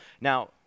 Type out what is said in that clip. Now